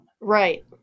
right